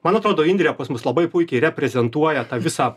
man atrodo indrė pas mus labai puikiai reprezentuoja tą visą